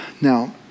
Now